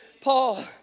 Paul